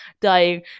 dying